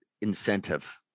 incentive